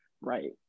right